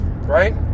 right